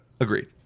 Agreed